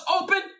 open